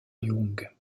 young